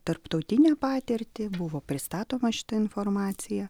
tarptautinę patirtį buvo pristatoma šita informacija